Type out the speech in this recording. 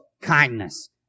kindness